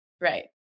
right